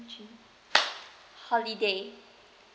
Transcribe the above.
holiday